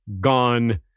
gone